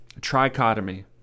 Trichotomy